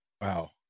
Wow